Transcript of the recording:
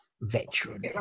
veteran